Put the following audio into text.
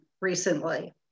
recently